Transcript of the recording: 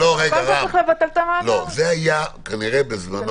זה היה כנראה בזמנו,